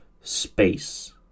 space